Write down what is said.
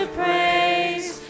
praise